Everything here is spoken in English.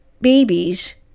babies